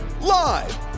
Live